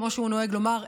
כמו שהוא נוהג לומר,